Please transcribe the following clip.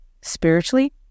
spiritually